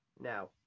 now